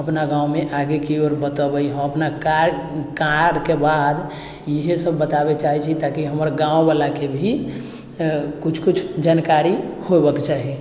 अपना गाँवमे आगे की ओर बतबै हम अपना कार्यके बाद इहे सब बतावे चाहै छी ताकि हमर गाँववला के भी किछु किछु जानकारी होबैके चाही